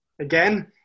Again